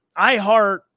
iHeart